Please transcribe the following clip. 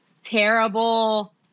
terrible